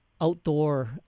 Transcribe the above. outdoor